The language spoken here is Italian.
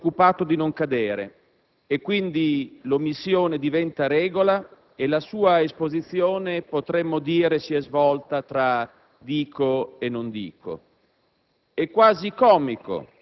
ma ella è solo preoccupato di non cadere e quindi l'omissione diventa regola e la sua esposizione - potremmo dire - si è svolta tra Dico e non Dico.